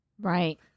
Right